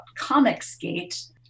Comicsgate